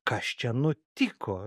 kas čia nutiko